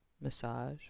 massage